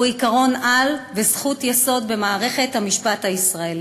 שהוא עקרון-על וזכות יסוד במערכת המשפט הישראלית.